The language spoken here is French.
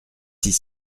six